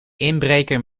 inbreker